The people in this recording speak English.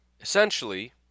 Essentially